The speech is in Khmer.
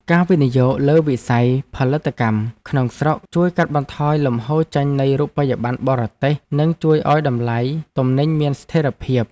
ការវិនិយោគលើវិស័យផលិតកម្មក្នុងស្រុកជួយកាត់បន្ថយលំហូរចេញនៃរូបិយប័ណ្ណបរទេស និងជួយឱ្យតម្លៃទំនិញមានស្ថិរភាព។